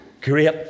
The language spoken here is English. Great